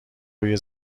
روی